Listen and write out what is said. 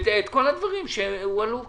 ואת כל הדברים שהועלו כאן,